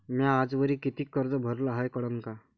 म्या आजवरी कितीक कर्ज भरलं हाय कळन का?